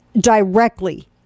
Directly